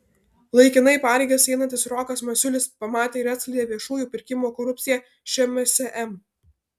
laikinai pareigas einantis rokas masiulis pamatė ir atskleidė viešųjų pirkimų korupciją šmsm